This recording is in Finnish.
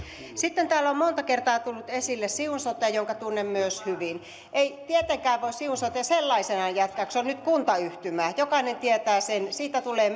sitten täällä on monta kertaa tullut esille siun sote jonka tunnen myös hyvin ei tietenkään voi siun sote sellaisenaan jatkaa kun se on nyt kuntayhtymä jokainen tietää sen siitä tulee